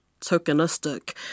tokenistic